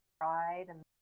pride—and